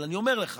אבל אני אומר לך